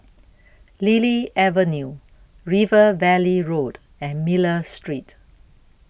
Lily Avenue River Valley Road and Miller Street